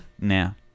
now